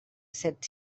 set